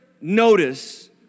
notice